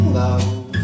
love